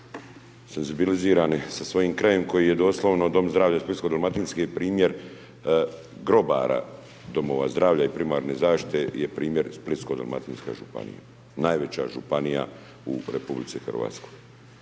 senzibilizirani sa svojim krajem koji je doslovno Dom zdravlja Splitsko-dalmatinski, primjer grobara domova zdravlja i primarne zaštite je primjer Splitsko-dalmatinska županija, najveća županija u Republici Hrvatskoj.